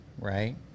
Right